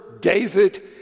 David